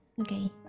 Okay